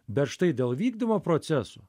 bet štai dėl vykdymo procesų